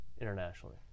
internationally